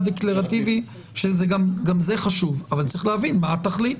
הדין עוברים את הרף של חמישית אז ברור שלא עשינו שום דבר.